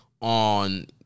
on